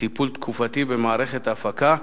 טיפול תקופתי במערכת ההפקה,